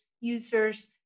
users